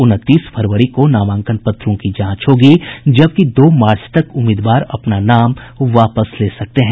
उनतीस फरवरी को नामांकन पत्रों की जांच होगी जबकि दो मार्च तक उम्मीदवार अपना नाम वापस ले सकते हैं